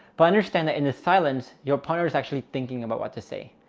but i understand that in the silence your punter is actually thinking about what to say.